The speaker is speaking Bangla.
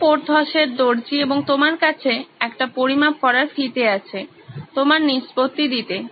তুমি পোর্থসের দর্জি এবং তোমার কাছে একটি পরিমাপ করার ফিতে আছে তোমার নিষ্পত্তি দিতে